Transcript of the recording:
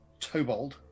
Tobold